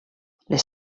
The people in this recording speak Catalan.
les